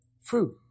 fruit